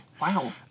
Wow